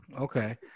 Okay